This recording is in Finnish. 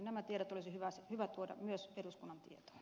nämä tiedot olisi hyvä tuoda myös eduskunnan tietoon